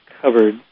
covered